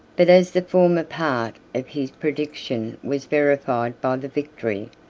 but as the former part of his prediction was verified by the victory,